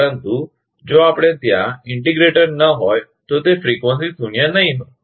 પરંતુ જો આપણે ત્યાં સંકલનકર્તાઇન્ટિગ્રેટર ન હોય તો તે આવર્તન શૂન્ય નહીં હોય